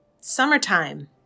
Summertime